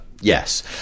yes